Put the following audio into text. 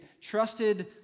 trusted